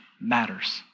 matters